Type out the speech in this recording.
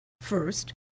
First